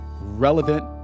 relevant